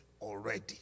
already